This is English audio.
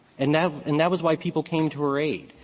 and that and that was why people came to her aid.